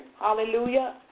Hallelujah